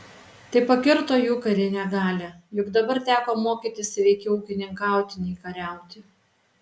tai pakirto jų karinę galią juk dabar teko mokytis veikiau ūkininkauti nei kariauti